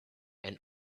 and